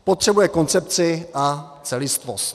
Potřebuje koncepci a celistvost.